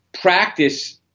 practice –